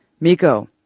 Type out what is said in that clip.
Miko